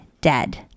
Dead